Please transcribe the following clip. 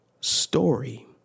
story